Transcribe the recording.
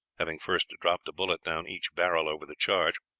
having first dropped a bullet down each barrel over the charge.